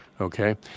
Okay